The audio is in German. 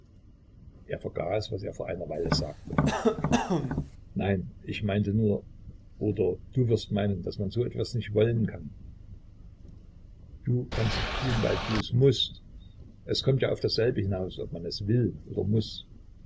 er vergaß was er vor einer weile sagte nein ich meinte nur oder du wirst meinen daß man so etwas nicht wollen kann nun du kannst es tun weil du es mußt es kommt ja auf dasselbe hinaus ob man es will oder muß